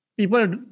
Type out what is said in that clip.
People